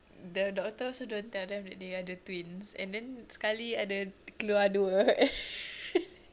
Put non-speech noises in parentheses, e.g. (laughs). the doctor also don't tell them that they ada twins and then sekali ada keluar dua (laughs)